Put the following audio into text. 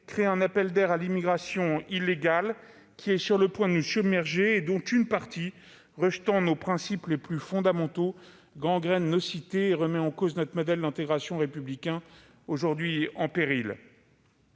crée un appel d'air pour l'immigration illégale, qui est sur le point de nous submerger ; une partie de ces migrants, rejetant nos principes les plus fondamentaux, gangrène nos cités et remet en cause notre modèle républicain d'intégration, aujourd'hui en péril.